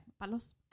Palos